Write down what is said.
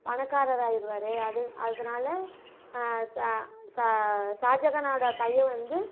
பணக்காரராயிருவார் அது அதனால் ச ச ஷாஜகானோட பையன் வந்து